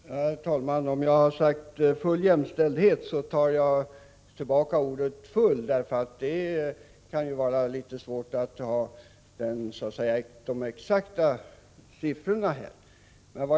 Herr talman! Om jag sagt ”full jämställdhet” tar jag tillbaka ordet ”full”. Det kan ju vara litet svårt med de exakta siffrorna.